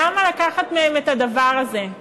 למה לקחת מהם את הדבר הזה?